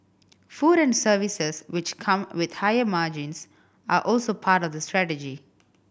food and services which come with higher margins are also part of the strategy